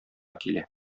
килә